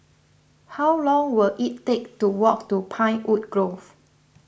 how long will it take to walk to Pinewood Grove